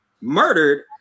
murdered